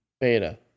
Beta